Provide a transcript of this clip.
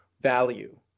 value